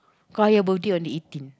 choir birthday on the eighteen